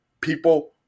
People